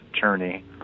journey